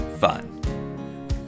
fun